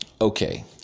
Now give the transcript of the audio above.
Okay